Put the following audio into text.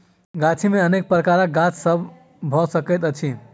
गाछी मे अनेक प्रकारक गाछ सभ भ सकैत अछि